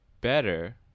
better